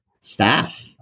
staff